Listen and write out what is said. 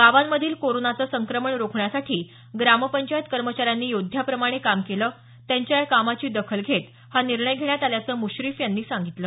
गावांमधील कोरोनाचं संक्रमण रोखण्यासाठी ग्रामपंचायत कर्मचाऱ्यांनी योद्ध्याप्रमाणे काम केलं त्यांच्या या कामाची दखल घेत हा निर्णय घेण्यात आल्याचं मुश्रीफ यांनी सांगितलं